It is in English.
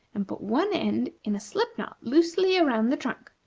and put one end in a slipknot loosely around the trunk.